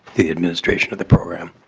the administration of the program.